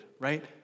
right